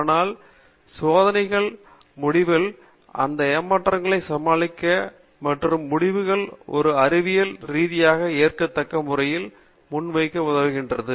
ஆனால் சோதனைகள் வடிவமைப்பு இந்த ஏமாற்றங்களை சமாளிக்க மற்றும் முடிவுகளை ஒரு அறிவியல் ரீதியாக ஏற்கத்தக்க முறையில் முன்வைக்க உதவுகிறது